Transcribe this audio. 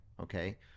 okay